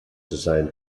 design